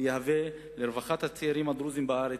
ויהיה לרווחת הצעירים הדרוזים בארץ,